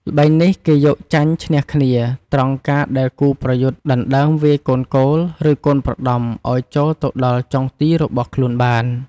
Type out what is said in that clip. ល្បែងនេះ គេយកចាញ់ឈ្នះគ្នា ត្រង់ការដែលគូប្រយុទ្ធដណ្តើមវាយកូនគោល ឬកូនប្រដំឲ្យចូលទៅដល់់ចុងទីរបស់ខ្លួនបាន។